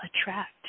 attract